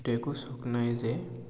এইটো একো চক নাই যে